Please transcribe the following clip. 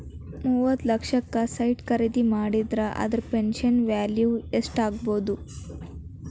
ಮೂವತ್ತ್ ಲಕ್ಷಕ್ಕ ಸೈಟ್ ಖರಿದಿ ಮಾಡಿದ್ರ ಅದರ ಫ್ಹ್ಯುಚರ್ ವ್ಯಾಲಿವ್ ಯೆಸ್ಟಾಗ್ಬೊದು?